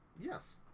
Yes